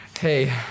Hey